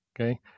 Okay